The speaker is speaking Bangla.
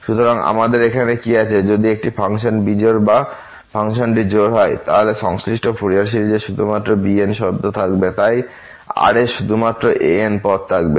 সুতরাং আমাদের এখানে কি আছে যে যদি একটি ফাংশন বিজোড় হয় বা ফাংশনটি জোড় হয় তাহলে সংশ্লিষ্ট ফুরিয়ার সিরিজের শুধুমাত্র bn শব্দ থাকবে তাই r এর শুধুমাত্র an পদ থাকবে